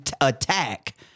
attack